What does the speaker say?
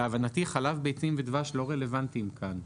להבנתי, חלב, ביצים ודבש לא רלוונטיים כאן.